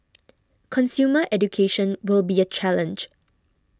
consumer education will be a challenge